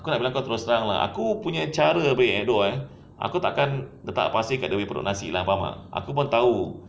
aku nak bilang kau terus terang lah aku punya cara itu eh aku takkan letak pasir dekat dia punya periuk nasi lah faham tak aku pun tahu